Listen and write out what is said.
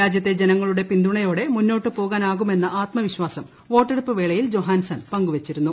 രാജ്യത്തെ ജനങ്ങളുടെ പിന്തുണയോടെ മുന്നോട്ട് പോകാനാകുമെന്ന ആത്മവിശ്വാസം വോട്ടെടുപ്പ് വേളയിൽ ജൊഹാൻസൺ പങ്കുവച്ചിരുന്നു